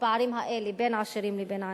בפערים האלה בין עשירים לבין עניים.